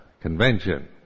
convention